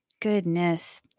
Goodness